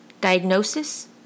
Diagnosis